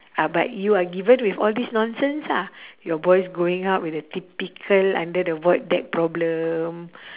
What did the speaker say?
ah but you are given with all this nonsense ah your boys growing up with a typical under the void deck problem